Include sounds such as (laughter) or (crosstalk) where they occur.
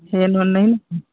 (unintelligible)